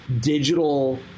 digital